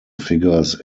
figures